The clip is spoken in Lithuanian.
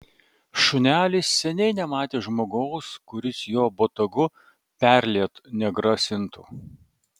šunelis seniai nematė žmogaus kuris jo botagu perliet negrasintų